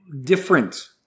different